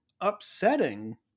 upsetting